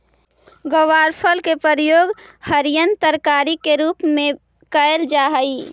ग्वारफल के प्रयोग हरियर तरकारी के रूप में कयल जा हई